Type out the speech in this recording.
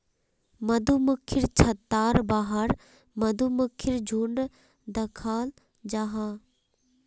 मधुमक्खिर छत्तार बाहर मधुमक्खीर झुण्ड दखाल जाहा